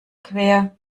quer